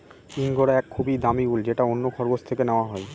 ইঙ্গরা এক খুবই দামি উল যেটা অন্য খরগোশ থেকে নেওয়া হয়